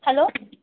hello